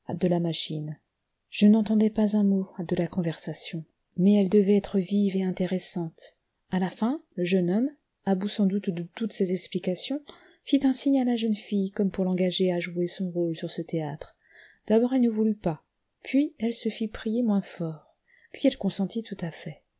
de la machine je n'entendais pas un mot de la conversation mais elle devait être vive et intéressante à la fin le jeune homme à bout sans doute de toutes ses explications fit un signe à la jeune fille comme pour l'engager à jouer son rôle sur ce théâtre d'abord elle ne voulut pas puis elle se fit prier moins fort puis elle consentit tout à fait